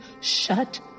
shut